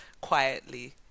quietly